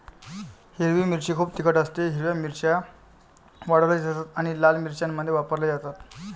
हिरवी मिरची खूप तिखट असतेः हिरव्या मिरच्या वाळवल्या जातात आणि लाल मिरच्यांमध्ये वापरल्या जातात